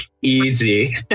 Easy